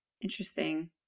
Interesting